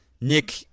nick